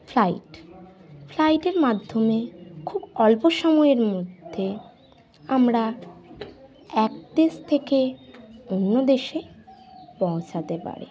flight ফ্লাইটের মাধ্যমে খুব অল্প সময়ের মধ্যে আমরা এক দেশ থেকে অন্য দেশে পৌঁছাতে পারি